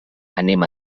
anem